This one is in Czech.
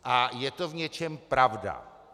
A je to v něčem pravda.